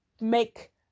make